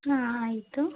ಹಾಂ ಆಯಿತು